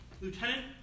Lieutenant